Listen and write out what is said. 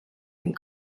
and